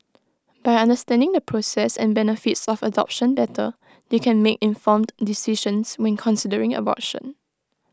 by understanding the process and benefits of adoption better they can make informed decisions when considering abortion